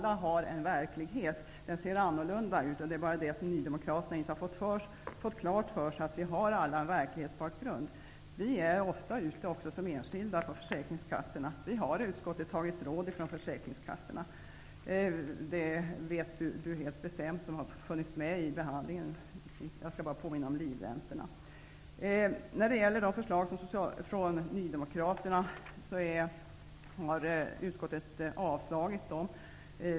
Alla har en verklighet. Den ser annorlunda ut. Nydemokraterna har inte fått klart för sig att vi alla har en verklighetsbakgrund. Vi är ofta ute som enskilda på försäkringskassorna. Utskottet har tagit emot råd från försäkringskassorna. Det vet Arne Jansson helt bestämt eftersom han har funnits med vid behandlingen. Låt mig bara påminna om livräntorna. När det gäller förslagen från Nydemokraterna har utskottet avstyrkt dem.